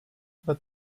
but